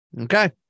Okay